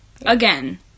Again